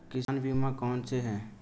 किसान बीमा कौनसे हैं?